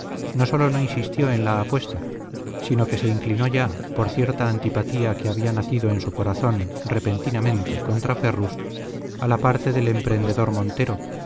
no sólo no insistió en la apuesta sino que se inclinó ya por cierta antipatía que había nacido en su corazón repentinamente contra ferrus a la parte del emprendedor montero